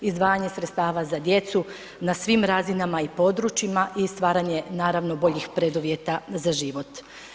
Izdvajanje sredstava za djecu na svim razinama i područjima i stvaranje naravno boljih preduvjeta za život.